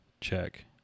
Check